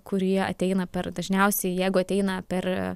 kurie ateina per dažniausiai jeigu ateina per